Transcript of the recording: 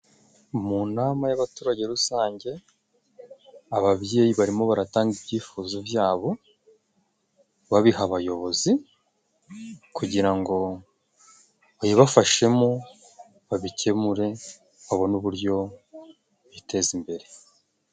Mu nama y'abaturage rusange ababyeyi barimo baratanga ibyifuzo byabo, babiha abayobozi, kugira ngo babibafashemo, babikemure babone uburyo biteza imbere.